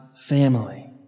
family